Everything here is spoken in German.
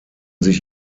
sich